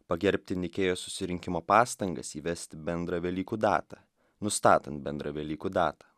pagerbti nikėjos susirinkimo pastangas įvesti bendrą velykų datą nustatant bendrą velykų datą